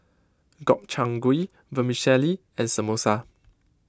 Gobchang Gui Vermicelli and Samosa